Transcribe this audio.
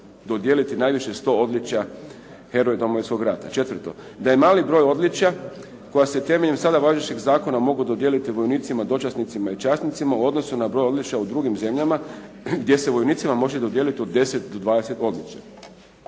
dodijeliti najviše 100 odličja "Heroj Domovinskog rata". 4. da je mali broj odličja koja se temeljem sada važećeg zakona mogu dodijeliti vojnicima, dočasnicima i časnicima u odnosu na broj odličja u drugim zemljama gdje se vojnicima može dodijeliti od 10 do 20 odličja.